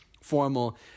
formal